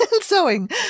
sewing